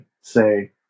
say